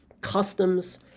customs